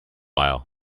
aisle